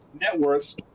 networks